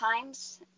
times